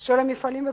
של המפעלים בפריפריה.